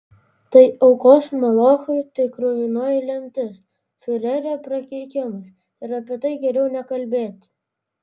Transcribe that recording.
tai aukos molochui tai kruvinoji lemtis fiurerio prakeikimas ir apie tai geriau nekalbėti